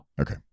Okay